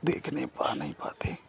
देखने पा नहीं पाते